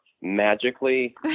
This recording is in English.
magically